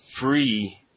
free